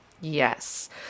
Yes